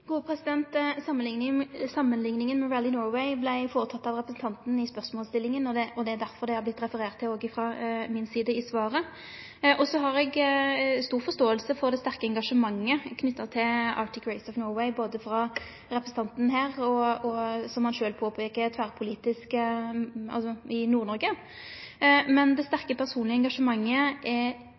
Samanlikninga med Rally Norway vart føreteken av representanten i spørsmålsstillinga, og det er derfor ho vart referert til frå mi side i svaret. Så har eg stor forståing for det sterke engasjementet knytt til Arctic Race of Norway både frå representanten her og – som han sjølv påpeiker – tverrpolitisk i Nord-Noreg. Men det sterke personlege engasjementet